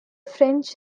french